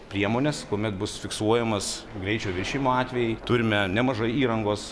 priemones kuomet bus fiksuojamas greičio viršijimo atvejai turime nemažai įrangos